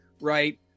Right